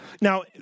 now